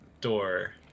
door